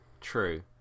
True